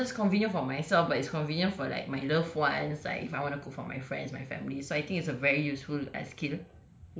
then it's not just convenient for myself but it's convenient for like my loved one like if I want to cook for my friends my family so I think it's a very useful ah skill